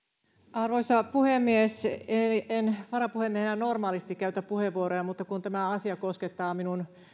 arvoisa puhemies en varapuhemiehenä normaalisti käytä puheenvuoroja mutta tämä asia koskettaa minun